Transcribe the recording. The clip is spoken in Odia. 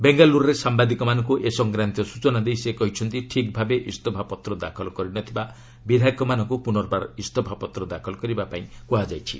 ବେଙ୍ଗାଲ୍ୱର୍ରରେ ସାମ୍ବାଦିକମାନଙ୍କୁ ଏ ସଂକ୍ରାନ୍ତୀୟ ସୂଚନା ଦେଇ ସେ କହିଛନ୍ତି ଠିକ୍ ଭାବେ ଇସ୍ତଫାପତ୍ର ଦାଖଲ କରିନଥିବା ବିଧାୟକମାନଙ୍କୁ ପୁନର୍ବାର ଇସଫାପତ୍ର ଦାଖଲ କରିବା ପାଇଁ କୁହାଯାଇଛି